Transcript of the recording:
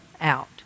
out